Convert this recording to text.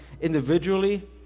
individually